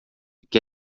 que